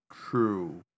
True